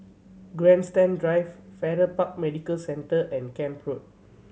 Grandstand Drive Farrer Park Medical Centre and Camp Road